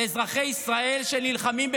על אזרחי ישראל שנלחמים,